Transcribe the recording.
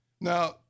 Now